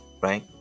right